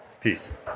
peace